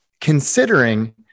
considering